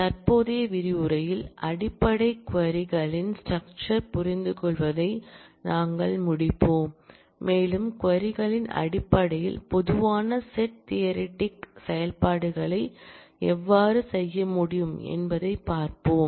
தற்போதைய விரிவுரையில் அடிப்படைகள் க்வரிகளின் ஸ்ட்ரக்ச்சர் புரிந்துகொள்வதை நாங்கள் முடிப்போம் மேலும் க்வரி களின் அடிப்படையில் பொதுவான செட் தியரிட்டிக் செயல்பாடுகளை எவ்வாறு செய்ய முடியும் என்பதைப் பார்ப்போம்